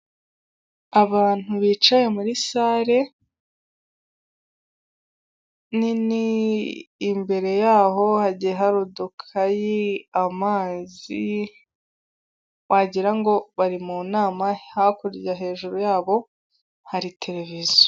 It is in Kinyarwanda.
Abantu bicaye muri sare nini imbere y'aho hagiye hadukayi, amazi wagira ngo bari mu nama, hakurya hejuru y'abo hari tereviziyo.